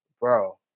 bro